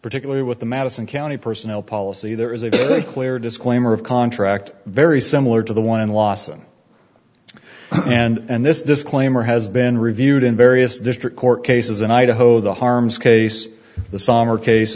particularly with the madison county personal policy there is a good clear disclaimer of contract very similar to the one in lawson and this disclaimer has been reviewed in various district court cases in idaho the harmes case the saumur case